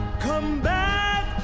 come back